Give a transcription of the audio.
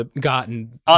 gotten